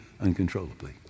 uncontrollably